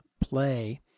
play